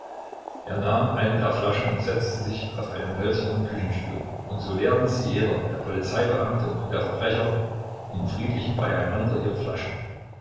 er nahm eine der flaschen und setzte sich auf einen hölzernen küchenstuhl und so leerten sie jeder der polizeibeamte und der verbrecher in friedlichem beieinander ihre flaschen